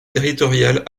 territoriales